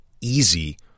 easy